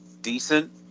decent